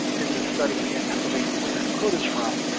in the study in pennsylvania where that quote is from,